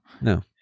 No